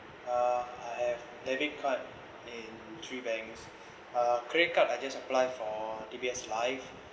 uh I have debit card in three banks uh credit card I just apply for D_B_S life